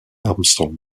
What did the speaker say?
armstrong